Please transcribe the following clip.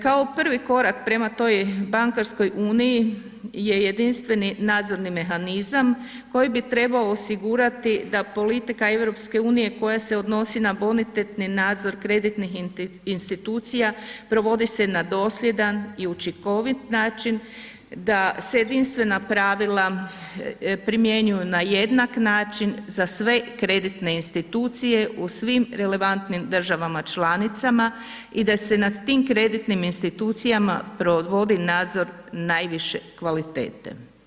Kao prvi prema bankarskoj uniji je jedinstveni nadzorni mehanizam koji bi trebao osigurati da politika EU koja se odnosi na bonitetni nadzor kreditnih institucija provodi se na dosljedan i učinkovit način, da se jedinstvena pravila primjenjuju na jednak način za sve kreditne institucije u svim relevantnim državama članicama i da se nad kreditnim institucijama provodi nadzor naviše kvalitete.